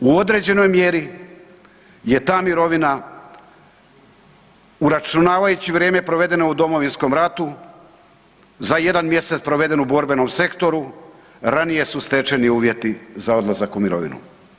U određenoj mjeri je ta mirovina uračunavajući vrijeme provedeno u Domovinskom ratu, za jedan mjesec proveden u borbenom sektoru ranije su stečeni uvjeti za odlazak u mirovinu.